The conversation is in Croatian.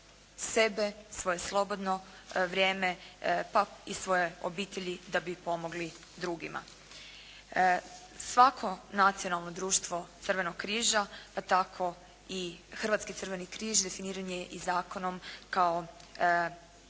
sebe, svoje slobodno vrijeme pa i svoje obitelji da bi pomogli drugima. Svako nacionalno društvo Crvenog križa pa tako i Hrvatski crveni križ definiran je i zakonom kao